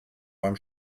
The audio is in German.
beim